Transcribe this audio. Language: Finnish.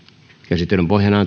käsittelyn pohjana